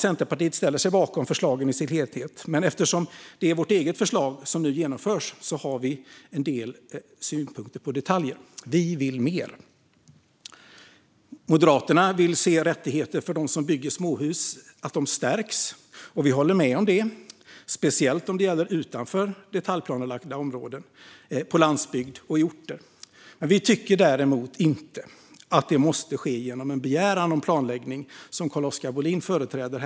Centerpartiet ställer sig bakom förslagen som helhet, men eftersom det är vårt eget förslag som nu genomförs har vi en del synpunkter på detaljer. Vi vill mer. Moderaterna vill att rättigheterna för dem som bygger småhus stärks. Vi instämmer, speciellt om det gäller utanför detaljplanelagda områden, på landsbygd och i orter. Vi tycker däremot inte att det måste ske genom en begäran om planläggning, en uppfattning som Carl-Oskar Bohlin företräder.